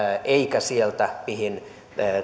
eikä sieltä mihin